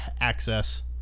Access